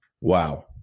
Wow